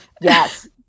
yes